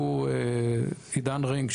יציגו עידן רינג,